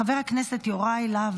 חבר הכנסת יוראי להב